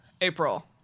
April